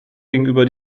gegenüber